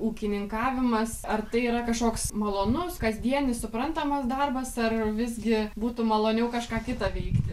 ūkininkavimas ar tai yra kažkoks malonus kasdienis suprantamas darbas ar visgi būtų maloniau kažką kita veikti